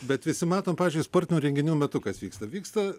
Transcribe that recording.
bet visi matom pavyzdžiui sportinių renginių metu kas vyksta vyksta